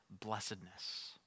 Blessedness